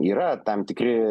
yra tam tikri